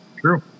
True